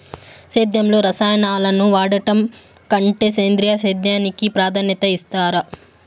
సేద్యంలో రసాయనాలను వాడడం కంటే సేంద్రియ సేద్యానికి ప్రాధాన్యత ఇస్తారు